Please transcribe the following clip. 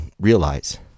realize